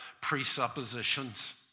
presuppositions